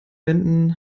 wänden